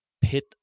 pit